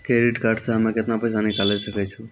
Credit card से हम्मे केतना पैसा निकाले सकै छौ?